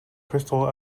crystal